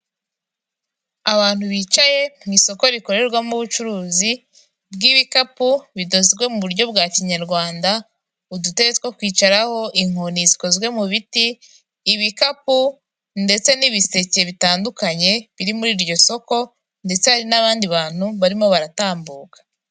Abantu bicaye mu isoko rikorerwamo ubucuruzi bw'ibikapu bidozwe mu buryo bwa kinyarwanda, udutebe two kwicaraho, inkoni zikozwe mu biti, ibikapu ndetse n'ibiseke bitandukanye biri muri iryo soko ndetse hari n'abandi bantu barimo baratambuka.